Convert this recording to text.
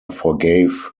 forgave